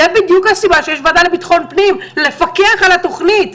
זו בדיוק הסיבה שיש ועדה לביטחון פנים לפקח על התוכנית.